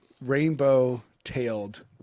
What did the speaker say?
rainbow-tailed